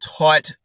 tight